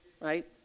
Right